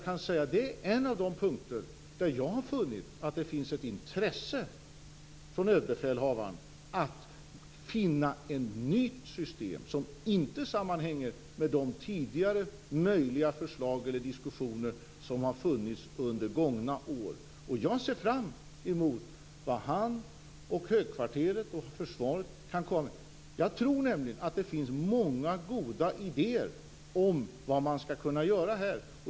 Det är en av de punkter där jag har funnit att det finns ett intresse från överbefälhavaren att finna ett nytt system som inte sammanhänger med de tidigare möjliga förslag eller diskussioner som har funnits under gångna år. Jag ser fram emot vad han och högkvarteret och försvaret kan komma med. Jag tror nämligen att det finns många goda idéer om vad man skall kunna göra.